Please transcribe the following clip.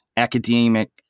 academic